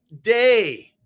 day